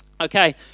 Okay